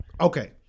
Okay